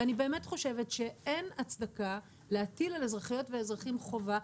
אני באמת חושבת שאין הצדקה להטיל על אזרחיות ואזרחים חובה.